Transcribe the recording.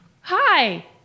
Hi